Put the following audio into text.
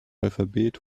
alphabet